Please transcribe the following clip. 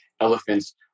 elephants